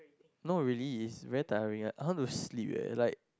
not really it's very tiring I want to sleep leh it's like